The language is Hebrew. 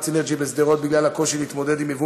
סינרג'י בשדרות בגלל הקושי להתמודד עם יבוא